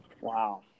Wow